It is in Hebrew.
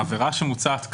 העבירה שמוצעת כאן,